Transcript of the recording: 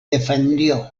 defendió